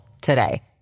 today